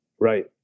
Right